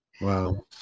wow